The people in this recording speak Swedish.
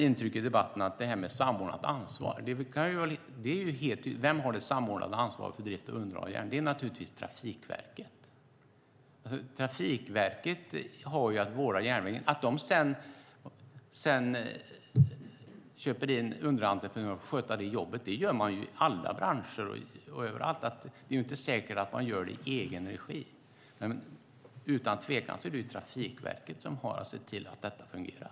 I debatten frågas ofta efter vem som har det samordnande ansvaret för drift och underhåll av järnvägen. Det är givetvis Trafikverket som har att vårda järnvägen. Men precis som i alla branscher köper man sedan in underentreprenörer för att sköta jobbet. Det är ju inte säkert att man gör det i egen regi. Utan tvekan är det dock Trafikverket som ska se till att det fungerar.